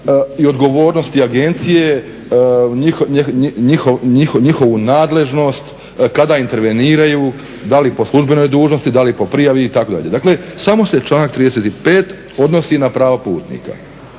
i odgovornosti agencije, njihovu nadležnost, kada interveniraju da li po službenoj dužnosti, da li po prijavi itd. Dakle, samo se članak 35. odnosi na prava putnika